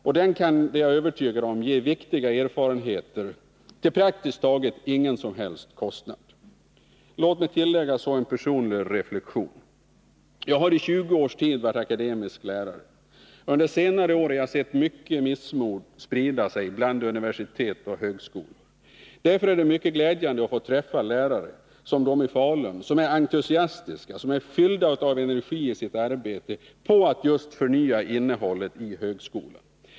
Och den kan — det är jag övertygad om — ge viktiga erfarenheter till praktiskt taget ingen kostnad. Låt mig så tillägga en personlig reflexion. Jag har i 20 års tid varit akademisk lärare. Under senare år har jag sett mycket missmod sprida sig vid universitet och högskolor. Därför är det mycket glädjande att få träffa lärare som dem i Falun, som är entusiastiska och fyllda av energi i sitt arbete på att just förnya innehållet i högskolan.